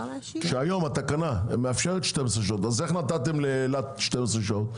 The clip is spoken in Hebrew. היום התקנה מאפשרת 12 שעות אז איך נתתם לאילת 12 שעות?